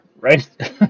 right